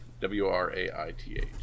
W-R-A-I-T-H